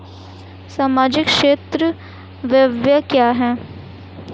सामाजिक क्षेत्र व्यय क्या है?